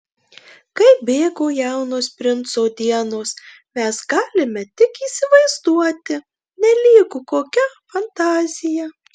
kaip bėgo jaunos princo dienos mes galime tik įsivaizduoti nelygu kokia fantazija